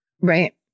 Right